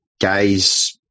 guys